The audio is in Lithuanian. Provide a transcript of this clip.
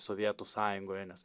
sovietų sąjungoje nes